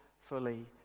fully